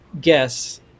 guess